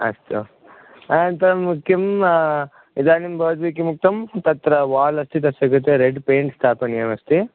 अस्तु अनन्तरं मुख्यं इदानीं भवद्भिः किमुक्तं तत्र वाल् अस्ति तस्य कृते रेड् पेयन्ट् स्थापनीयमस्ति